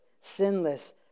sinless